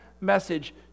message